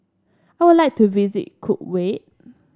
I would like to visit Kuwait